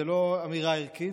זו לא אמירה ערכית,